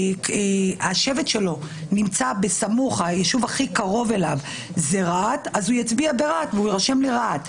השבט שלו נמצא סמוך לרהט אז הוא יצביע ברהט ויירשם ברהט.